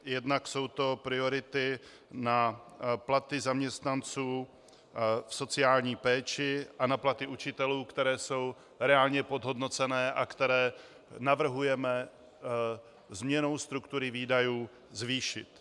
Jednak jsou to priority na platy zaměstnanců v sociální péči a na platy učitelů, které jsou reálně podhodnocené a které navrhujeme změnou struktury výdajů zvýšit.